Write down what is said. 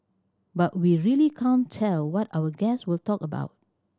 but we really can't tell what our guests will talk about